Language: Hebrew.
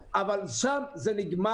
כולם חושבים שאנחנו צודקים אבל שם זה נגמר.